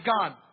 God